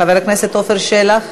חבר הכנסת עפר שלח,